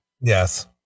Yes